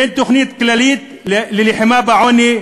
אין תוכנית כללית למלחמה בעוני.